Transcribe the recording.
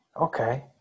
Okay